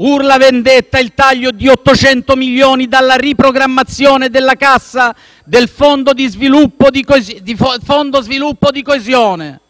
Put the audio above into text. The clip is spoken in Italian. Urla vendetta il taglio di 800 milioni di euro dalla riprogrammazione della cassa del Fondo per lo sviluppo e la coesione